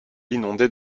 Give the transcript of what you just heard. inondée